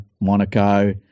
Monaco